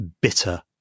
bitter